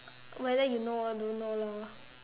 whether you know or don't know lor